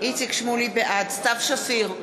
בעד סתיו שפיר,